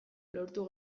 lortu